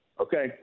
Okay